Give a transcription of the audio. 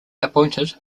appointed